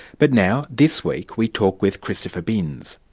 but now this week, we talk with christopher binse,